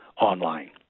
online